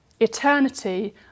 Eternity